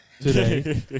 today